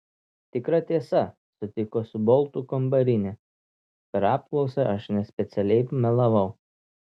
tikra tiesa sutiko su boltu kambarinė per apklausą aš nespecialiai melavau